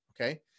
Okay